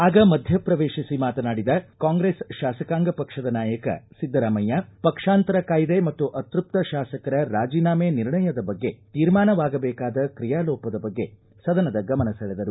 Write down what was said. ಆಗ ಮಧ್ಯ ಪ್ರವೇಶಿಸಿ ಮಾತನಾಡಿದ ಕಾಂಗ್ರೆಸ್ ಶಾಸಕಾಂಗ ಪಕ್ಷದ ನಾಯಕ ಿದ್ದರಾಮಯ್ಯ ಪಕ್ಷಾಂತರ ಕಾಯಿದೆ ಮತ್ತು ಅತೃಪ್ತ ಶಾಸಕರ ರಾಜಿನಾಮೆ ನಿರ್ಣಯದ ಬಗ್ಗೆ ತೀರ್ಮಾನವಾಗಬೇಕಾದ ಕ್ರಿಯಾಲೋಪದ ಬಗ್ಗೆ ಸದನದ ಗಮನ ಸೆಳೆದರು